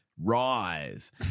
Rise